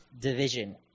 division